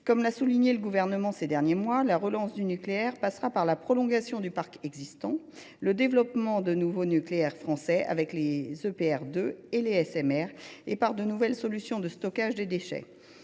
Comme l’a souligné le Gouvernement ces derniers mois, la relance du nucléaire passera par la prolongation du parc existant, le développement de nouveaux réacteurs nucléaires français – les EPR2 et les SMR –, et par de nouvelles solutions de stockage des déchets.